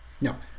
no